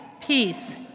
peace